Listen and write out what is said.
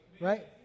Right